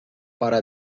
para